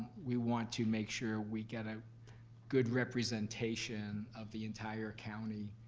we want to make sure we get a good representation of the entire county,